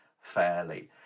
fairly